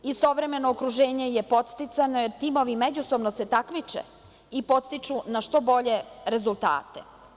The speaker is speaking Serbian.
Istovremeno, okruženje je podsticano jer timovi međusobno se takmiče i podstiču na što bolje rezultate.